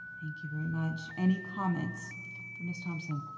thank you very much. any comments for ms. thompson?